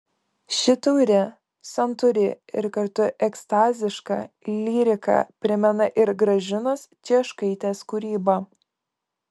ši tauri santūri ir kartu ekstaziška lyrika primena ir gražinos cieškaitės kūrybą